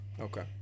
Okay